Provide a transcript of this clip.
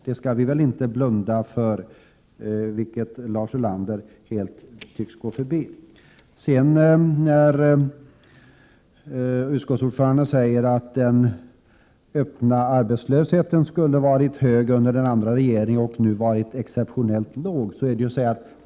Det skall vi väl inte blunda för, vilket Lars Ulander tycks vilja göra. Utskottsordföranden säger att den öppna arbetslösheten var hög under den borgerliga regeringstiden och att den nu är exceptionellt låg.